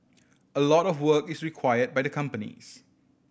a lot of work is required by the companies